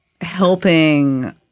helping